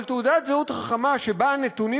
אבל תעודת זהות חכמה שבה הנתונים